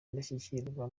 indashyikirwa